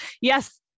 Yes